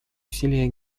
усилия